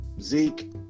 Zeke